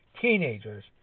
teenagers